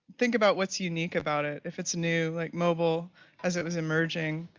think about what's unique about it. if it's new, like mobile as it was emerging,